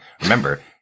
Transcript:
remember